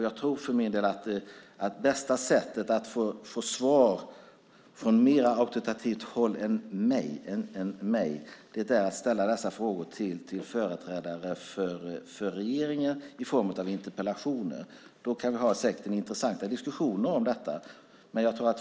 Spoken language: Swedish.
Jag tror för min del att det bästa sättet att få svar från ett mer auktoritativt håll än mig är att ställa dessa frågor till företrädare för regeringen i form av interpellationer. Då kan vi säkert ha intressanta diskussioner om detta.